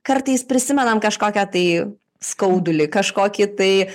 kartais prisimenam kažkokią tai skaudulį kažkokį tai